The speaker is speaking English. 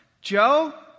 Joe